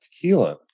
tequila